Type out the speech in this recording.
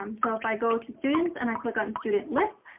um so if i go to students and i click on student list,